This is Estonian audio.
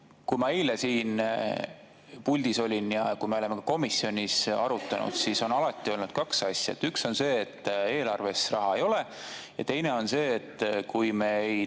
kui ma eile siin puldis olin ja kui me oleme ka komisjonis arutanud, siis on alati olnud kaks asja: üks on see, et eelarves raha ei ole, ja teine on see, et kui me ei